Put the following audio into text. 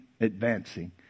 advancing